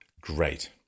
great